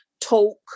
talk